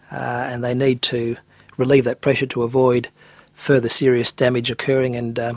and they need to relieve that pressure to avoid further serious damage occurring, and um